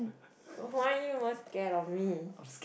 why are you most scared of me